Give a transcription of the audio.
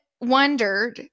wondered